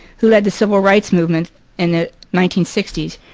who led the civil rights movement in the nineteen sixty s,